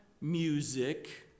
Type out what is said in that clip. music